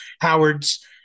Howard's